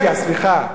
בנורבגיה, סליחה.